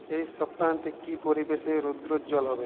এই সপ্তাহান্তে কি পরিবেশ রৌদ্রোজ্জ্বল হবে